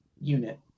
unit